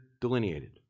delineated